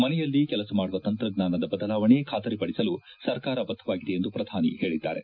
ಮನೆಯಿಂದ ಕೆಲಸ ಮಾಡುವ ತಂತ್ರಜ್ಞಾನದ ಬದಲಾವಣೆ ಖಾತರಿ ಪಡಿಸಲು ಸರ್ಕಾರ ಬದ್ಧವಾಗಿದೆ ಎಂದು ಪ್ರಧಾನಿ ಮೋದಿ ಹೇಳಿದ್ದಾರೆ